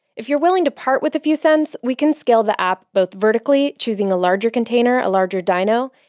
if you're willing to part with a few cents, we can scale the app both vertically, choosing a larger container, a larger dyno,